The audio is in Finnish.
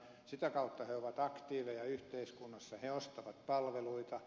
sitä kautta he ovat aktiiveja yhteiskunnassa he ostavat palveluita